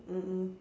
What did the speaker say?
mm mm